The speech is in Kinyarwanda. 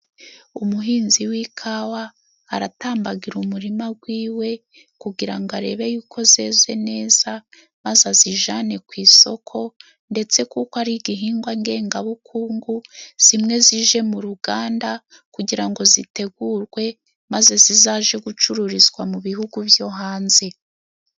Umuhinzi w'ikawa aratambagira umurima gw'iwe kugira ngo arebe yuko zeze neza maze azijane ku isoko, ndetse kuko ari igihingwa ndegabukungu, zimwe zije mu ruganda kugira ngo zitegurwe, maze zizaje gucururizwa mu bihugu byo hanze.